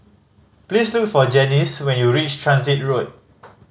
please look for Janis when you reach Transit Road